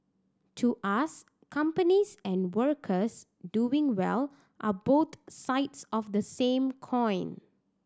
to us companies and workers doing well are boat sides of the same coin